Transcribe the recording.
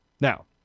Now